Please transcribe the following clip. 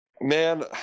man